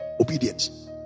Obedience